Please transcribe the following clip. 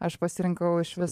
aš pasirinkau išvis